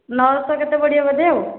ନଅଶହ କେତେ ପଡ଼ିବ ବୋଧେ ଆଉ